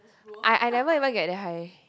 I I never even get that high